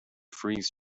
freeze